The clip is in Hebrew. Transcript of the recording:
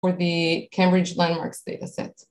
for the Cambridge Landmarks dataset.